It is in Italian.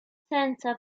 senza